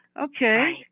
Okay